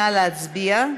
נא להצביע.